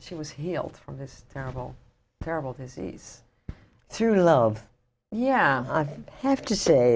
she was healed from this terrible terrible disease through love yeah i have to say